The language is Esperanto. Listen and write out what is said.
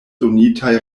donitaj